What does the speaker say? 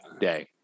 day